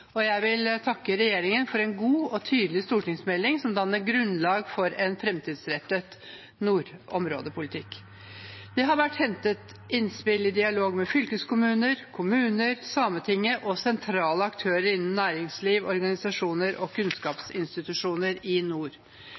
alvor. Jeg vil takke regjeringen for en god og tydelig stortingsmelding som danner grunnlag for en framtidsrettet nordområdepolitikk. Det har vært hentet innspill i dialog med fylkeskommuner, kommuner, Sametinget og sentrale aktører innenfor næringsliv, organisasjoner og kunnskapsinstitusjoner i nord.